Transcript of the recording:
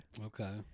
Okay